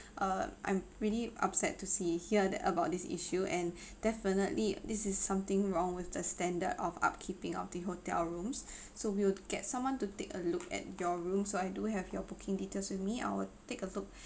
uh I'm really upset to see hear that about this issue and definitely this is something wrong with the standard of up keeping of the hotel rooms so we'll get someone to take a look at your room so I do have your booking details with me I will take a look